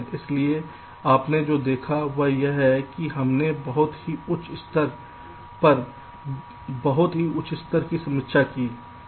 इसलिए आपने जो देखा है वह यह है कि हमने बहुत ही उच्च स्तर पर बहुत ही उच्च स्तर की समीक्षा की है